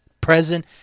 present